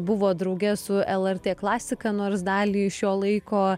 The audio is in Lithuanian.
buvo drauge su lrt klasika nors dalį šio laiko